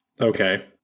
Okay